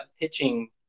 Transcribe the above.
pitching